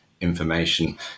information